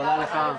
תודה לכם.